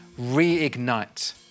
reignite